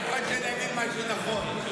אתה מפחד שאני אגיד משהו נכון.